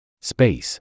Space